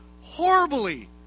horribly